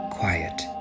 Quiet